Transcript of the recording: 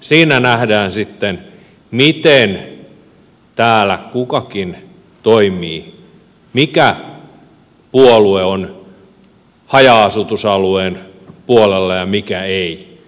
siinä nähdään sitten miten täällä kukakin toimii mikä puolue on haja asutusalueen puolella ja mikä ei